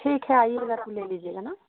ठीक है आइएगा तो ले लीजिएगा ना